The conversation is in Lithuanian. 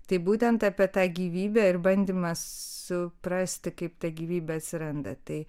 tai būtent apie tą gyvybę ir bandymas suprasti kaip ta gyvybė atsiranda tai